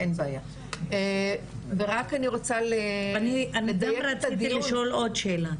אין בעיה ורק אני רוצה ל- - אני גם רציתי לשאול עוד שאלה,